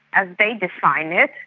as they define it,